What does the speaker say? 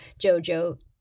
JoJo